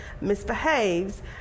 misbehaves